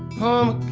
home